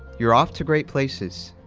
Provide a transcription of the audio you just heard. you're off to great places.